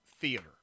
theater